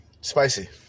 Spicy